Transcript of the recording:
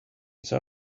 san